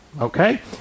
Okay